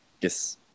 Yes